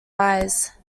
eyes